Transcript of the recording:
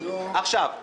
עכשיו,